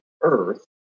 earth